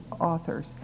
authors